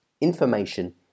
information